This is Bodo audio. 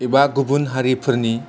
एबा गुबुन हारिफोरनि